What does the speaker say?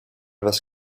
was